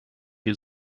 die